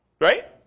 Right